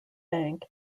bank